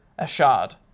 Ashard